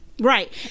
Right